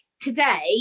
today